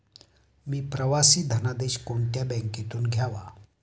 मी प्रवासी धनादेश कोणत्या बँकेतून घ्यावा?